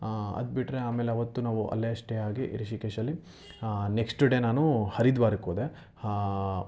ಅದು ಬಿಟ್ಟರೆ ಆಮೇಲೆ ಅವತ್ತು ನಾವು ಅಲ್ಲೇ ಸ್ಟೇ ಆಗಿ ರಿಷಿಕೇಶಲ್ಲಿ ನೆಕ್ಸ್ಟ್ ಡೇ ನಾನು ಹರಿದ್ವಾರಕ್ಕೆ ಹೋದೆ